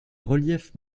reliefs